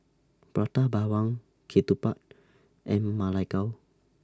Prata Bawang Ketupat and Ma Lai Gao